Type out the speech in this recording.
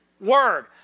word